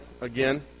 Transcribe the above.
again